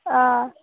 آ